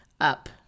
up